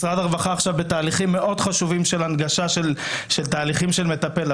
משרד הרווחה עכשיו בתהליכים מאוד חשובים של הנגשה של תהליכים של מטפל.